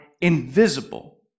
invisible